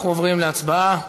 אנחנו עוברים להצבעה.